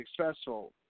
successful